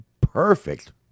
perfect